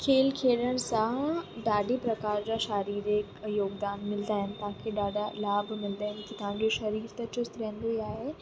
खेल खेॾण सां ॾाढी प्रकार जा शारीरिक योगदान मिलंदा आहिनि तव्हांखे ॾाढा लाभ मिलंदा आहिनि तव्हांजो शरीर त चुस्त रहंदो ई आहे